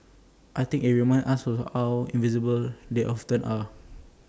I think IT reminds us of how invisible they often are